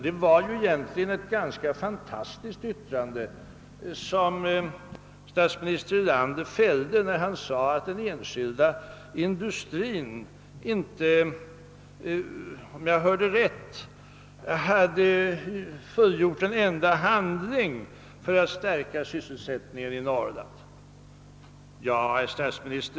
Det var egentligen ett fantastiskt yttrande som statsministern fällde när han sade, om jag hörde rätt, att den enskilda industrin inte hade fullgjort en enda handling för att stärka sysselsättningen i Norrland.